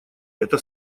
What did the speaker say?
это